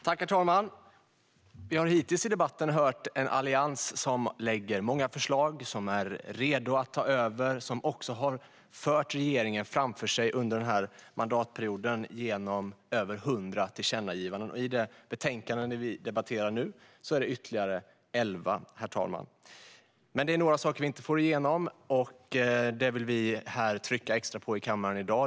Herr talman! Vi har hittills i debatten hört en allians som lägger fram många förslag, som är redo att ta över, som också har fört regeringen framför sig under mandatperioden med hjälp av över 100 tillkännagivanden. I det betänkande som vi debatterar finns ytterligare elva. Men det finns några förslag vi inte får igenom, och vi vill trycka extra på dessa förslag i kammaren i dag.